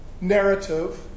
narrative